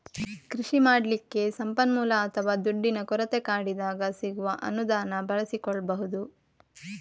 ಕೃಷಿ ಮಾಡ್ಲಿಕ್ಕೆ ಸಂಪನ್ಮೂಲ ಅಥವಾ ದುಡ್ಡಿನ ಕೊರತೆ ಕಾಡಿದಾಗ ಸಿಗುವ ಅನುದಾನ ಬಳಸಿಕೊಳ್ಬಹುದು